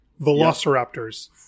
velociraptors